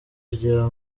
rya